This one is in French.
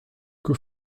que